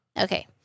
Okay